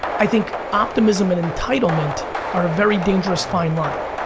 i think optimism and entitlement are a very dangerous fine line.